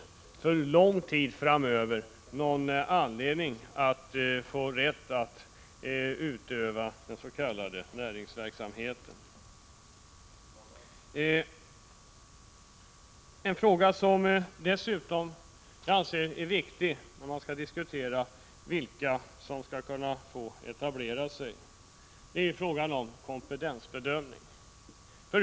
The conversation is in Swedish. Man har ju bedragit både anställda och samhället, man har lurat av dessa rättmätiga pengar. En fråga som jag dessutom tycker är viktig när man skall diskutera vilka som skall få etablera sig gäller kompetensbedömning.